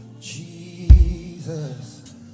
Jesus